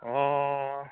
অঁ